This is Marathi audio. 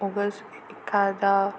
उगाच एखादा